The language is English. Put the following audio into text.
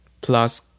plus